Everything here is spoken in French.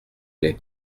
lait